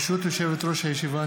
ברשות יושבת-ראש הישיבה,